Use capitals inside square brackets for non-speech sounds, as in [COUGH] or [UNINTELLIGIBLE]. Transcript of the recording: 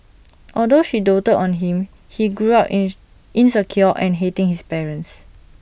although she doted on him he grew up [UNINTELLIGIBLE] insecure and hating his parents